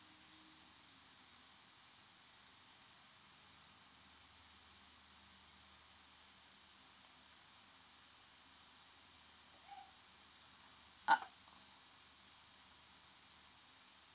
uh